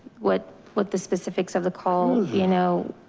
what what the specifics of the call, you know